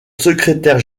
secrétaire